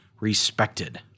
respected